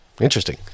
Interesting